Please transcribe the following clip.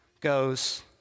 goes